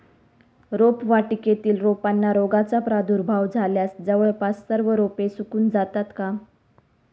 रोपवाटिकेतील रोपांना रोगाचा प्रादुर्भाव झाल्यास जवळपास सर्व रोपे सुकून जातात का?